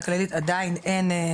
בשירותי בריאות כללית אנחנו רוצים